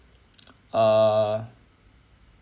err